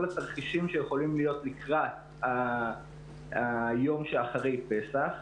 התרחישים שיכולים להיות לקראת היום שאחרי פסח.